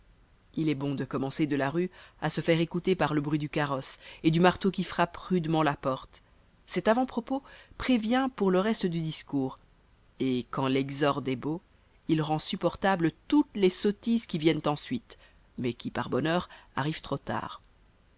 il est bon de commencer de la rue à se faire écouter par le bruit du carrosse et du marteau qui frappe rudement la porte cet avant-propos prévient pour le reste du discours et quand l'exorde est beau il rend supportables toutes les sottises qui viennent ensuite mais qui par bonheur arrivent trop tard